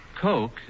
Coke